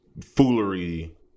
foolery